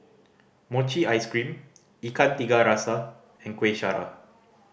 mochi ice cream Ikan Tiga Rasa and Kuih Syara